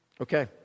Okay